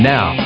Now